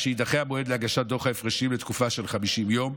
שיידחה המועד להגשת דוח ההפרשים לתקופה של 50 יום,